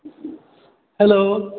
hello